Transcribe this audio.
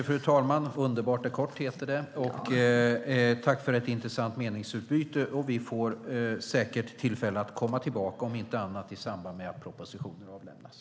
Fru talman! Underbart är kort, heter det. Tack för ett intressant meningsutbyte! Vi får säkert tillfälle att komma tillbaka, om inte annat i samband med att propositionen avlämnas.